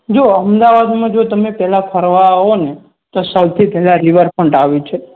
જો અમદાવાદમાં જો તમે પહેલાં જો ફરવા આવોને તો સૌથી પહેલાં રીવરફન્ટ આવ્યું છે